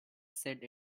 said